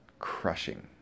crushing